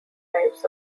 types